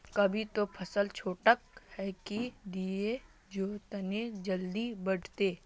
अभी ते फसल छोटका है की दिये जे तने जल्दी बढ़ते?